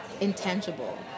intangible